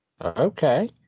Okay